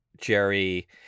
Jerry